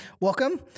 welcome